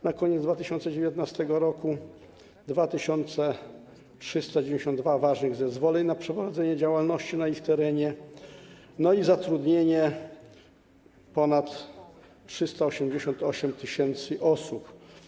Na koniec 2019 r. były 2392 ważne zezwolenia na przeprowadzenie działalności na ich terenie, a zatrudnienie to ponad 388 tys. osób.